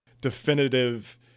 definitive